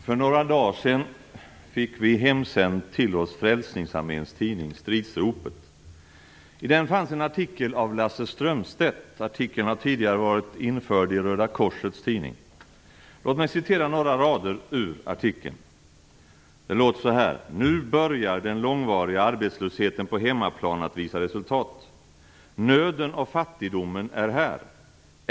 Herr talman! För några dagar sedan fick vi hemsänd till oss Frälsningsarméns tidning Stridsropet. I den fanns en artikel av Lasse Strömstedt. Artikeln har tidigare varit införd i Röda korsets tidning. Låt mig citera några rader ur artikeln: "Nu börjar den långvariga arbetslösheten på hemmaplan att visa resultat. Nöden och fattigdomen är här!